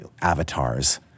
avatars